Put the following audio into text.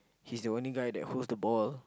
he's the only guy that holds the ball